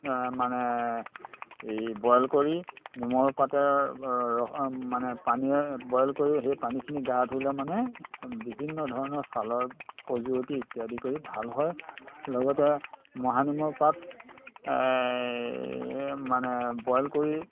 মানে বইল কৰি নিমৰ পাতে মানে পানীয়ে বইল কৰি সেই পানীখিনি গা ধুলে মানে বিভিন্ন ধৰণৰ ছালৰ খজুৱতি ইত্যাদি কৰি ভাল হয় লগতে মহানিমৰ পাত মানে বইল কৰি